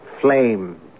flame